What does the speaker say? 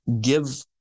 give